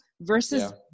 versus